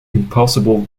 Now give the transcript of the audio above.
impossible